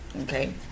Okay